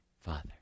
Father